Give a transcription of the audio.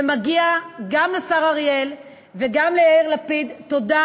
ומגיעה גם לשר אריאל וגם ליאיר לפיד תודה